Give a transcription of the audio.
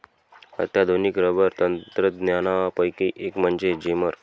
अत्याधुनिक रबर तंत्रज्ञानापैकी एक म्हणजे जेमर